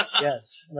Yes